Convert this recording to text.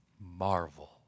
marvel